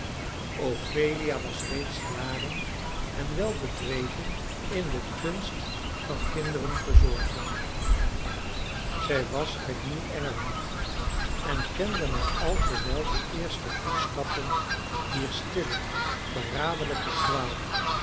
ophelia was reeds jaren en wel bedreven in de kunst van kinderen verzorgen zij was uit nieuw engeland en kende maar al te wel de eerste voetstappen dier stille verraderlijke